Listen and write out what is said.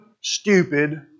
stupid